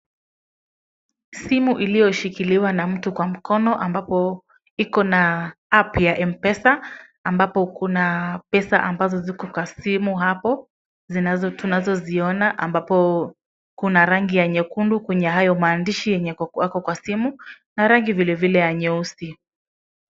Simu iliyoshikiliwa na mtu kwa mkono ambapo ikona app ya Mpesa ambapo kuna pesa ambazo ziko kwa simu hapo tunazoziona ambapo kuna rangi ya nyekundu kwenye hayo maandishi yenye yako kwa simu na rangi vilevile ya nyeusi.